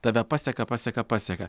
tave paseka paseka paseka